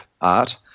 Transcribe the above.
art